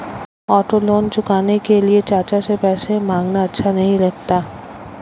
auto loan चुकाने के लिए चाचा से पैसे मांगना अच्छा नही लगता